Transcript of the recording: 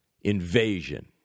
invasion